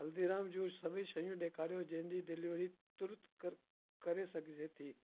हल्दीराम जूं सभई शयूं ॾेखारियो जंहिंजी डिलीवरी तुर्त कर करे सघिजे थी